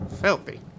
Filthy